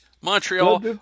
Montreal